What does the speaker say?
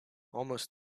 almost